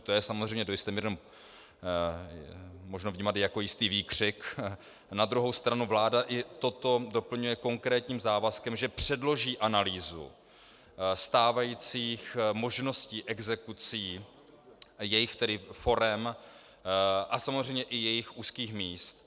To je samozřejmě do jisté míry možno vnímat jenom jako jistý výkřik, na druhou stranu vláda i toto doplňuje konkrétním závazkem, že předloží analýzu stávajících možností exekucí, jejich forem a samozřejmě i jejich úzkých míst.